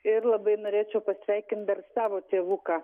ir labai norėčiau pasveikint dar savo tėvuką